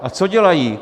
A co dělají?